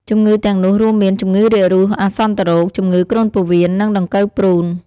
ជំងឺទាំងនោះរួមមាន ជំងឺរាគរូស អាសន្នរោគ ជំងឺគ្រុនពោះវៀន និងដង្កូវព្រូន។